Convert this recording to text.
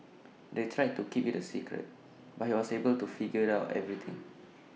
they tried to keep IT A secret but he was able to figure out everything